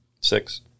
Six